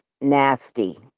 nasty